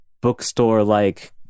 bookstore-like